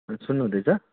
सुन्नुहुँदैछ